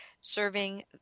Serving